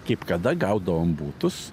kaip kada gaudavom butus